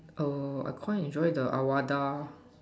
oh I quite enjoy the Awada